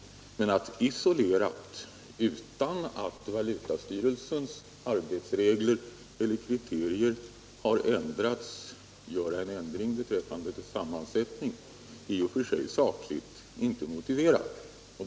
Men att isolerat, utan att valutastyrelsens arbetsregler eller kriterier har ändrats, göra en ändring beträffande sammansättningen, är i och för sig inte sakligt motiverat.